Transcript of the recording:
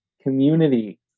community